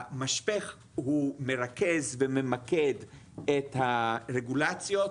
המשפך הוא מרכז וממקד את הרגולציות,